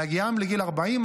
בהגיעם לגיל 40,